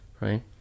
right